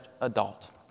adult